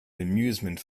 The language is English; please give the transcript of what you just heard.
amusement